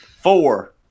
Four